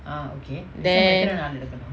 then